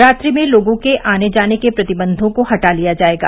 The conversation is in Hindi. रात्रि में लोगों के आने जाने के प्रतिबंधों को हटा लिया जाएगा